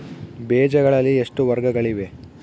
ಬೇಜಗಳಲ್ಲಿ ಎಷ್ಟು ವರ್ಗಗಳಿವೆ?